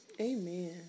Amen